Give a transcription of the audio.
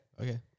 Okay